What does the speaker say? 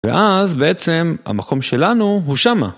ואז בעצם המקום שלנו הוא שמה